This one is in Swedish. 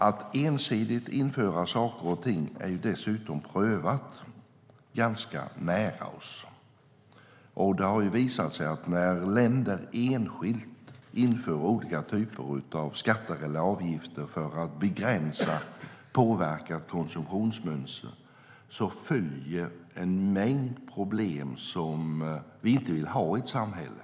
Att ensidigt införa saker och ting är prövat ganska nära oss. Det har visat sig att när länder enskilt inför olika typer av skatter eller avgifter för att begränsa och påverka ett konsumtionsmönster uppstår en mängd problem som vi inte vill ha i vårt samhälle.